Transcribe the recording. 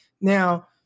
Now